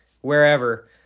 wherever